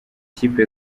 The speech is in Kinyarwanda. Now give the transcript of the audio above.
kipe